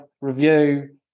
review